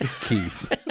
Keith